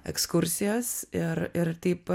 ekskursijos ir ir taip